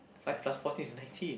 five plus fourteen is nineteen